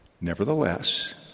Nevertheless